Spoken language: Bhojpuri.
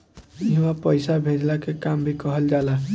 इहवा पईसा भेजला के काम भी कइल जाला